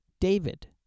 David